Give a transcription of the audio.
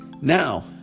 now